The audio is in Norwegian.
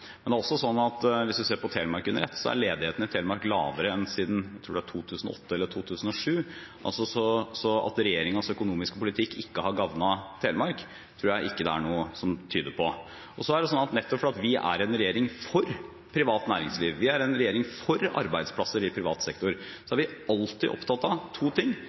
hvis man ser på Telemark under ett, er ledigheten i Telemark lavere enn siden, jeg tror det er, i 2008 eller 2007. Så at regjeringens økonomiske politikk ikke har gagnet Telemark, tror jeg ikke noe tyder på. Nettopp fordi vi er en regjering for privat næringsliv, en regjering for arbeidsplasser i privat sektor, er vi alltid opptatt av to ting: